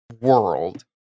world